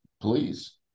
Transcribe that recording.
Please